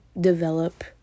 develop